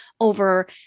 over